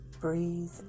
Breathe